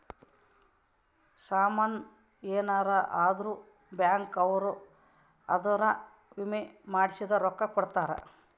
ಸಾಮನ್ ಯೆನರ ಅದ್ರ ಬ್ಯಾಂಕ್ ಅವ್ರು ಅದುರ್ ವಿಮೆ ಮಾಡ್ಸಿದ್ ರೊಕ್ಲ ಕೋಡ್ತಾರ